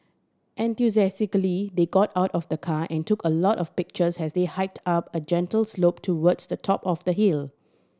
enthusiastically they got out of the car and took a lot of pictures as they hiked up a gentle slope towards the top of the hill